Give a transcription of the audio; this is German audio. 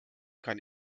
kein